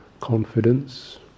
Confidence